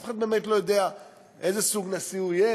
אף אחד באמת לא יודע איזה סוג נשיא הוא יהיה,